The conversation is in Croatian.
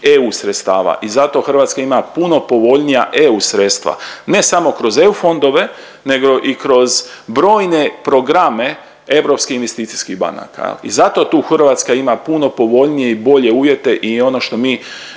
EU sredstava i zato Hrvatska ima puno povoljnija EU sredstva, ne samo kroz EU fondove nego i kroz brojne programe Europskih investicijskih banaka. I zato tu Hrvatska ima puno povoljnije i bolje uvjete i ono što mi